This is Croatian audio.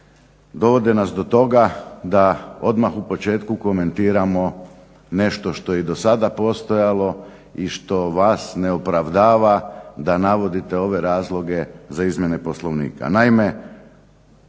dovode nas do toga da odmah u početku komentiramo nešto što je i do sada postojalo i što vas ne opravdava da navodite ove razloge za izmjene Poslovnika.